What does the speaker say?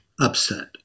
upset